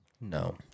No